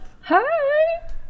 hi